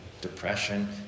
depression